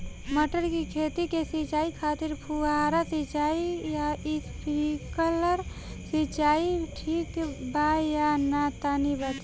मटर के खेती के सिचाई खातिर फुहारा सिंचाई या स्प्रिंकलर सिंचाई ठीक बा या ना तनि बताई?